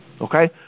Okay